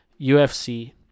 UFC